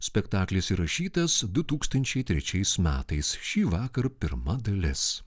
spektaklis įrašytas du tūkstančiai trečiais metais šįvakar pirma dalis